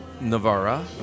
Navarra